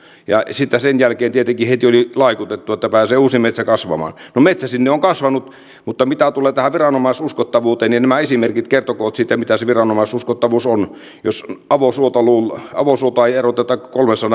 sitten sen jälkeen tietenkin heti oli laikutettu että pääsee uusi metsä kasvamaan no metsä sinne on kasvanut mutta mitä tulee tähän viranomaisuskottavuuteen niin nämä esimerkit kertokoot sitten mitä se viranomaisuskottavuus on jos avosuota ei eroteta